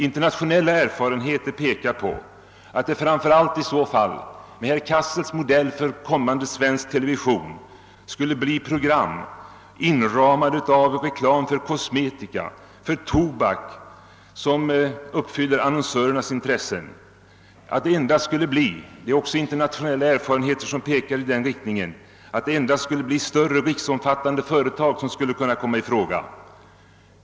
Internationella erfarenheter pekar på att det med herr Cassels modell för kommande svensk television skulle bli program som inramas av reklam för exempelvis kosmetika och tobak som motsvarar annonsörernas intressen och att det endast skulle bli större och riksomfattande företag som skulle kunna komma i fråga.